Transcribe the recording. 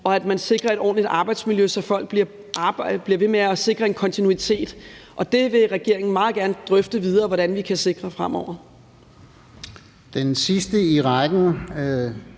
og at der sikres et ordentligt arbejdsmiljø, så folk bliver, og man derved bliver ved med til at sikre en kontinuitet. Regeringen vil meget gerne drøfte videre, hvordan vi kan sikre det fremover.